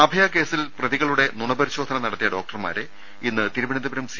അഭയകേസിൽ പ്രതികളുടെ നുണപരിശോധന നടത്തിയ ഡോക്ടർമാരെ ഇന്ന് തിരുവനന്തപുരം സി